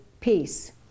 peace